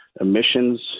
emissions